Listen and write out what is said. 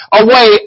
away